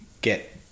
get